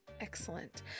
Excellent